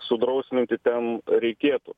sudrausminti tem reikėtų